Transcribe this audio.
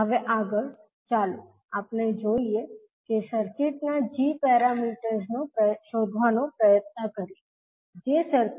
હવે આગળ ચાલો સર્કિટના g પેરામીટર્સ શોધવાનો પ્રયત્ન કરીએ જે સર્કિટ